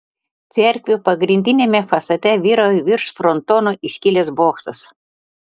cerkvių pagrindiniame fasade vyrauja virš frontono iškilęs bokštas